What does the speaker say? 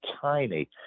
tiny